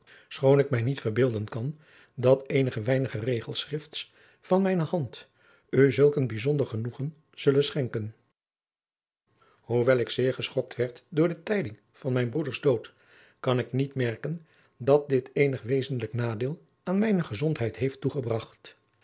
schoon ik mij niet verbeelden kan dat eenige weinige regels schrifts van mijne hand u zulk een bijzonder genoegen zullen schenken hoewel ik zeer geschokt werd door de tijding van mijn broeders dood kan ik niet merken dat dit eenig wezenlijk nadeel aan mijne gezondheid heeft toegebragt